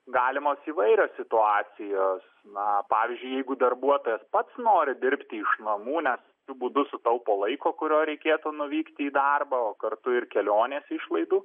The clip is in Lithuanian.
galimos įvairios situacijos na pavyzdžiui jeigu darbuotojas pats nori dirbti iš namų nes tokiu būdu sutaupo laiko kurio reikėtų nuvykti į darbą o kartu ir kelionės išlaidų